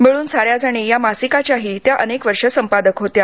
मिळून साऱ्याजणी या मासिकाच्याही त्या अनेक वर्षं संपादक होत्या